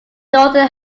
northern